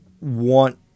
want